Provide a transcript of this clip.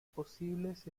posibles